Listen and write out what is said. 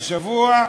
לפני שבוע,